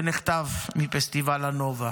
שנחטף מפסטיבל הנובה.